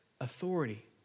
Authority